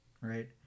right